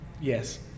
Yes